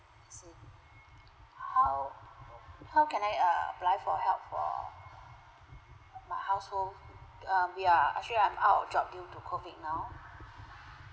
as in how how can I err apply for help for my household uh we are actually I'm out of job due to COVID now